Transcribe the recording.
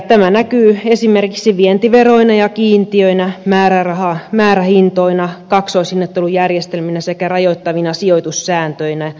tämä näkyy esimerkiksi vientiveroina ja kiintiöinä määrähintoina kaksoishinnoittelujärjestelminä sekä rajoittavina sijoitussääntöinä